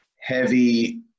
heavy